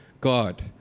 God